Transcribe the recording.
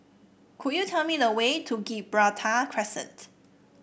could you tell me the way to Gibraltar Crescent